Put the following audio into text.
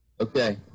Okay